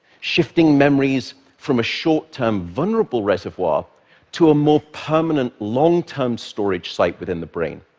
shifting memories from a short-term vulnerable reservoir to a more permanent long-term storage site within the brain,